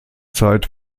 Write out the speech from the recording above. zeit